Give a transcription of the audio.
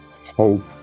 hope